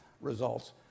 results